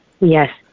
Yes